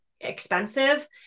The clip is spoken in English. expensive